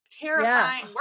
terrifying